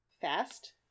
Fast